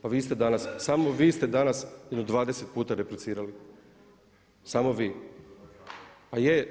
Pa vi ste danas, samo vi ste danas jedno 20 puta replicirali, samo vi.